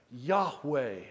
Yahweh